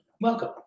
Welcome